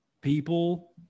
people